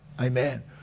Amen